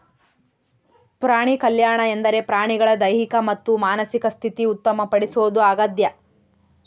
ಪ್ರಾಣಿಕಲ್ಯಾಣ ಎಂದರೆ ಪ್ರಾಣಿಗಳ ದೈಹಿಕ ಮತ್ತು ಮಾನಸಿಕ ಸ್ಥಿತಿ ಉತ್ತಮ ಪಡಿಸೋದು ಆಗ್ಯದ